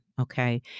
Okay